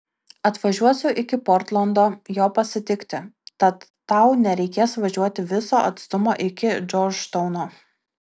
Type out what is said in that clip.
atvažiuosiu iki portlando jo pasitikti tad tau nereikės važiuoti viso atstumo iki džordžtauno